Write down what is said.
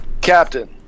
Captain